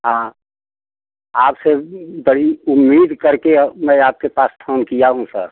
हाँ आपसे बड़ी उम्मीद करके वो मैं आपके पास फोन किया हूँ सर